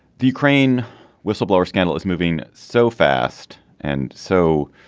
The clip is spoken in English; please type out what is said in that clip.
the ukraine whistleblower scandal is moving so fast and so